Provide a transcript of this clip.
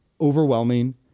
overwhelming